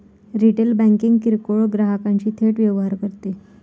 retail banking किरकोळ ग्राहकांशी थेट व्यवहार करते